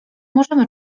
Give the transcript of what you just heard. możemy